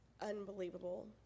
unbelievable